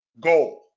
goal